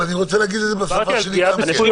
אני רוצה להגיד את זה בשפה שלי גם כן.